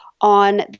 on